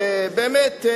באמת,